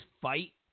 fight